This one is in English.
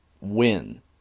win